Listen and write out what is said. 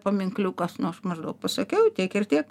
paminkliukas nu aš maždaug pasakiau tiek ir tiek